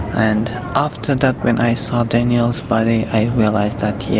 and after that, when i saw daniel's body, i realised that yeah,